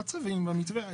בצווים, במתווה.